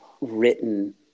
written